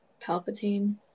Palpatine